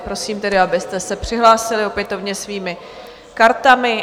Prosím tedy, abyste se přihlásili opětovně svými kartami.